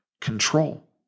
control